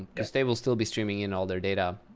because they will still be streaming in all their data